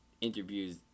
interviews